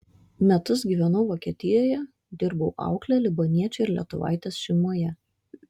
metus gyvenau vokietijoje dirbau aukle libaniečio ir lietuvaitės šeimoje